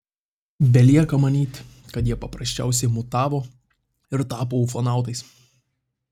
belieka manyti kad jie paprasčiausiai mutavo ir tapo ufonautais